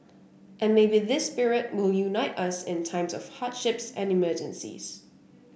and maybe this spirit will unite us in times of hardships and emergencies